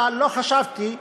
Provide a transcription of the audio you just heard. אבל לא חשבתי שאת,